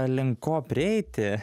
link ko prieiti